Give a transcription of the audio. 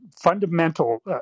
fundamental